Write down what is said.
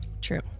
True